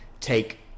take